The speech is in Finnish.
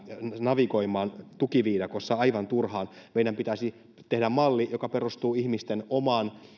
navigoimaan tukiviidakossa aivan turhaan meidän pitäisi tehdä malli joka perustuu ihmisten omaan